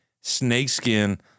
snakeskin